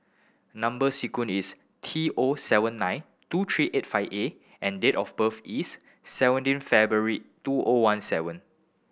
number sequence is T O seven nine two three eight five A and date of birth is seventeen February two O one seven